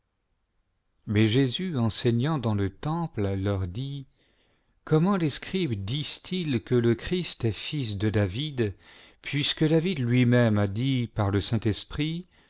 mais jésus enseignant dans le temple leur dit gomment les scribes disent-ils que le christ est fils de david puisque david lui-même a dit par le saint-esprit